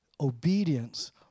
Obedience